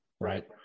right